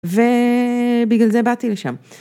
ובגלל זה באתי לשם.